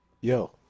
Yo